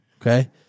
Okay